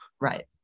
Right